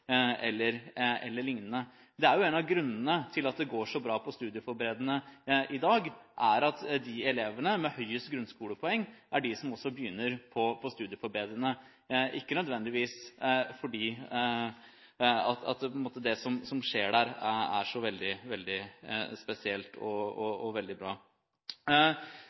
eller lignende. En av grunnene til at det går så bra på studieforberedende i dag, er at det er de elevene med høyest grunnskolepoeng som også begynner på studieforberedende, ikke nødvendigvis fordi det som skjer der, er så veldig, veldig spesielt og veldig bra. Man må gjerne etablere flere Y-veier. Jeg tror at denne måten ville vært bedre, og